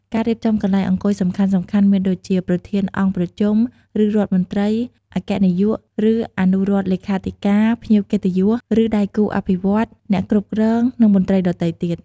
ការរៀបចំកន្លែងអង្គុយសំខាន់ៗមានដូចជា ប្រធានអង្គប្រជុំ ឬរដ្ឋមន្ត្រី អគ្គនាយក ឬអនុរដ្ឋលេខាធិការ ភ្ញៀវកិត្តិយស ឬដៃគូអភិវឌ្ឍន៍ អ្នកគ្រប់គ្រង និងមន្ត្រីដទៃទៀត។